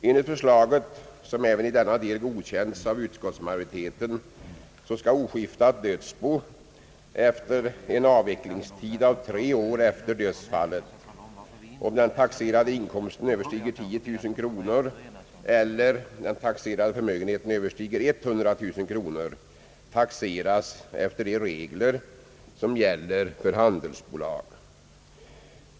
Enligt Kungl. Maj:ts förslag som även i denna del har godkänts av utskottsmajoriteten skall oskiftat dödsbo efter en avvecklingstid av tre år efter dödsfallet, om den taxerade inkomsten överstiger 10 000 kronor eller den taxerade förmögenheten överstiger 100000 kronor, taxeras efter de regler som gäller för handelsbolag.